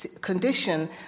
Condition